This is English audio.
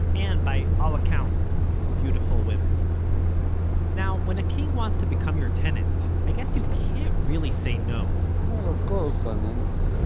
and by all accounts beautiful women now, when a king wants to become your tenant, i guess you can't really say no well of course, i mean it's ah